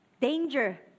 Danger